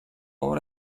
obra